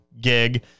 gig